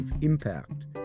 impact